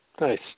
Nice